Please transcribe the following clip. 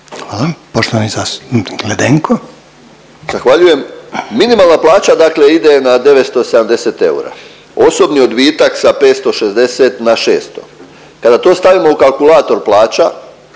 **Ledenko, Ivica (MOST)** Zahvaljujem. Minimalna plaća dakle ide na 970 eura. Osobni odbitak sa 560 na 600. Kada to stavimo u kalkulator plaća